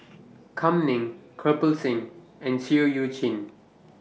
Kam Ning Kirpal Singh and Seah EU Chin